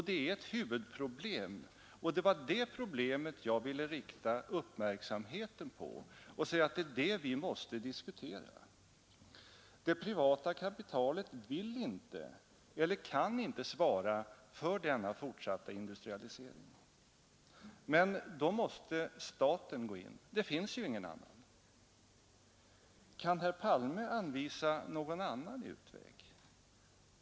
Det är huvudproblemet, och det var det problemet jag ville rikta uppmärksamheten på och säga att det är det vi måste diskutera. Det privata kapitalet vill inte eller kan inte svara för denna fortsatta industrialisering. Då måste staten gå in — det finns ju ingen annan som kan göra det. Kan herr Palme anvisa någon annan utväg?